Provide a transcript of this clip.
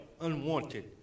unwanted